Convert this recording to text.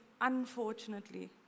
unfortunately